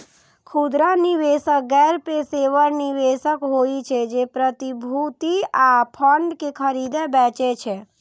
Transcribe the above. खुदरा निवेशक गैर पेशेवर निवेशक होइ छै, जे प्रतिभूति आ फंड कें खरीदै बेचै छै